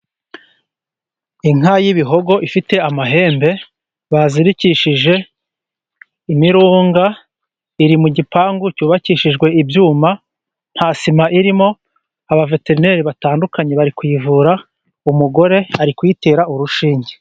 Inka y'ibihogo ifite amahembe bazirikishije imirunga, iri mu gipangu cyubakishijwe ibyuma nta sima irimo. Abaveterineri batandukanye bari kuyivura, uwo mugore ari kuyitera urushinge.